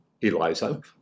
Eliza